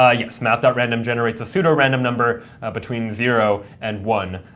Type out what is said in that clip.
ah yes, math random generates a pseudorandom number between zero and one,